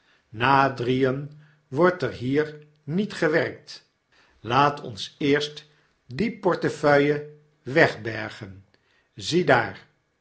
na drieen wordt er trier niet gewerkt laat ons eerst die portefeuille wegbergen ziedaar